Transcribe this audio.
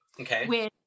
Okay